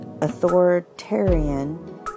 authoritarian